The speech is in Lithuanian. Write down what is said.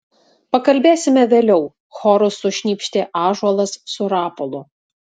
pakalbėsime vėliau choru sušnypštė ąžuolas su rapolu